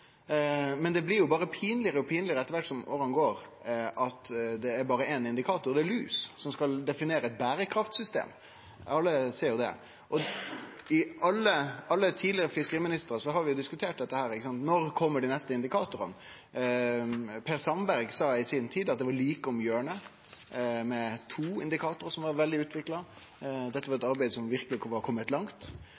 Men det blir berre pinlegare og pinlegare etter kvart som åra går at det berre er éin indikator, og det er lus, som skal definere eit berekraftssystem. Alle ser jo det. Med alle tidlegare fiskeriministrar har vi diskutert dette, når dei neste indikatorane kjem. Per Sandberg sa i si tid at det var like om hjørnet, med to indikatorar som var veldig utvikla. Dette var eit